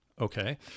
okay